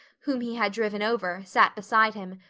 whom he had driven over, sat beside him,